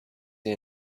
you